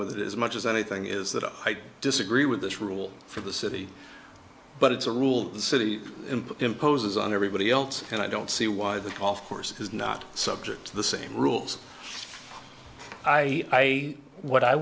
with as much as anything is that i disagree with this rule for the city but it's a rule the city imposes on everybody else and i don't see why the golf course is not subject to the same rules i what i